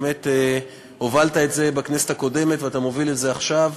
באמת הובלת את זה בכנסת הקודמת ואתה מוביל את זה עכשיו,